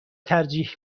ترجیح